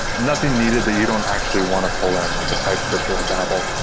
nothing needed that you don't actually want to pull in, like a typescript or a babel.